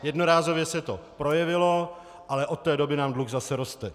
Jednorázově se to projevilo, ale od té doby nám dluh zase roste.